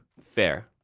Fair